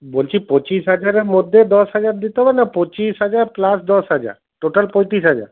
বলছি পঁচিশ হাজারের মধ্যে দশ হাজার দিতে হবে না পঁচিশ হাজার প্লাস দশ হাজার টোটাল পঁয়ত্রিশ হাজার